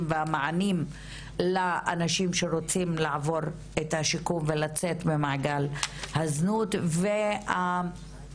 והמענים לאנשים שרוצים לעבור את השיקום ולצאת ממעגל הזנות והמישור